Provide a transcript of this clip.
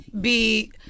be-